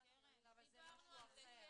נניח לדברים --- דיברנו על זה.